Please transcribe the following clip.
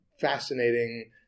fascinating